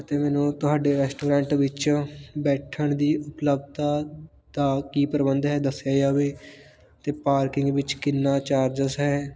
ਅਤੇ ਮੈਨੂੰ ਤੁਹਾਡੇ ਰੈਸਟੋਰੈਂਟ ਵਿੱਚ ਬੈਠਣ ਦੀ ਉਪਲਬਧਤਾ ਦਾ ਕੀ ਪ੍ਰਬੰਧ ਹੈ ਦੱਸਿਆ ਜਾਵੇ ਅਤੇ ਪਾਰਕਿੰਗ ਵਿੱਚ ਕਿੰਨਾਂ ਚਾਰਜਸ ਹੈ